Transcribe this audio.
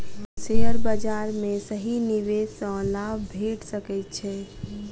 share बाजार में सही निवेश सॅ लाभ भेट सकै छै